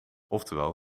oftewel